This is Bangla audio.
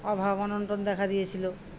অভাব অনটন দেখা দিয়েছিল